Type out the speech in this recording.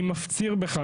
אני מפציר בך,